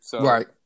Right